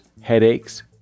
headaches